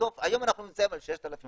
היום אנחנו נמצאים על 6,000,